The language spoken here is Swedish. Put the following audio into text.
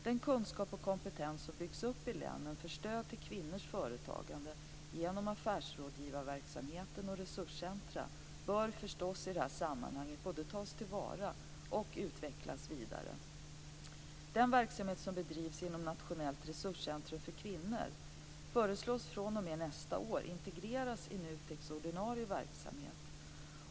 Den kunskap och kompetens som byggts upp i länen för stöd till kvinnors företagande genom affärsrådgivarverksamhet och resurscentrum bör förstås i det här sammanhanget både tas till vara och utvecklas vidare. Den verksamhet som bedrivs inom Nationellt Resurscentrum för kvinnor föreslås fr.o.m. nästa år integreras i NUTEK:s ordinarie verksamhet.